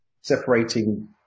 Separating